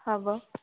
হ'ব